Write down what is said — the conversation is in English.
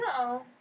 No